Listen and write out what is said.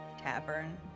tavern